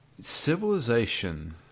Civilization